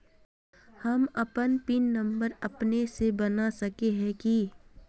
हम अपन pin number अपने से बना सके है की?